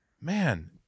Man